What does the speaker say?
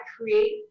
create